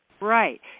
Right